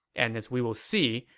and as we will see,